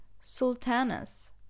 Sultanas